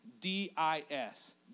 D-I-S